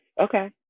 Okay